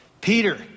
Peter